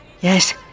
Yes